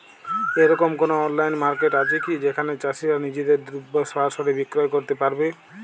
এরকম কোনো online market আছে কি যেখানে চাষীরা নিজেদের দ্রব্য সরাসরি বিক্রয় করতে পারবে?